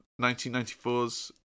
1994's